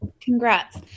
Congrats